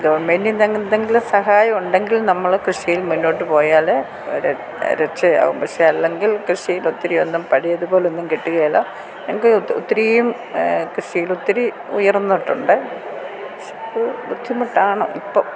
ഗവൺമെൻ്റിൽ നിന്ന് എന്തെങ്കിലും സഹായം ഉണ്ടെങ്കിൽ നമ്മൾ കൃഷിയിൽ മുന്നോട്ടു പോയാൽ രക്ഷയാവും പക്ഷേ അല്ലെങ്കിൽ കൃഷിയിൽ ഒത്തിരി ഒന്നും പഴയതുപോലെ ഒന്നും കിട്ടുകയില്ല ഞങ്ങൾക്ക് ഒത്തിരിയും കൃഷിയിൽ ഒത്തിരി ഉയർന്നിട്ടുണ്ട് ഇപ്പോൾ ബുദ്ധിമുട്ടാണ് ഇപ്പോൾ